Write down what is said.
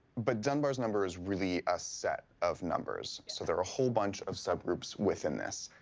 but dunbar's number is really a set of numbers, so there are a whole bunch of subgroups within this.